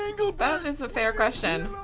that is a fair question.